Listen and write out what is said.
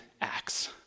acts